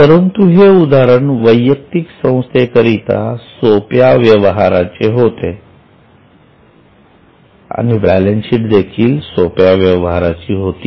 परंतु हे उदाहरण वैयक्तिक संस्थेकरिता सोप्या व्यवहाराचे होते आणि बॅलन्स शीट देखील सोप्या व्यवहाराची होती